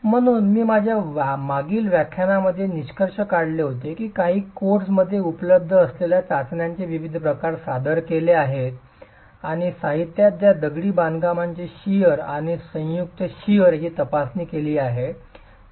म्हणून मी माझ्या मागील व्याख्यानाचे निष्कर्ष काढले होते की काही कोडमध्ये उपलब्ध असलेल्या चाचण्यांचे विविध प्रकार सादर केले आहेत आणि साहित्यात ज्यात दगडी बांधकामाची शिअर आणि संयुक्त शिअर याची तपासणी केली जाते